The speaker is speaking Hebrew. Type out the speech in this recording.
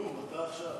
כלום, אתה עכשיו.